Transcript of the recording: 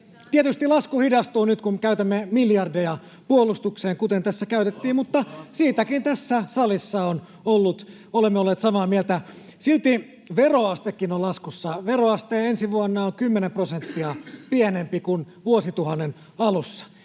Tietysti lasku hidastuu nyt, kun käytämme miljardeja puolustukseen, kuten tässä käytettiin, mutta siitäkin tässä salissa olemme olleet samaa mieltä. Silti veroastekin on laskussa: veroaste ensi vuonna on 10 prosenttia pienempi kuin vuosituhannen alussa.